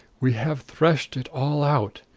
we have threshed it all out.